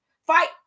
Fight